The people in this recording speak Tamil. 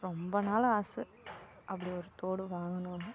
ரொம்ப நாள் ஆசை அப்படி ஒரு தோடு வாங்கணும்னு